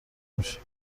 میشه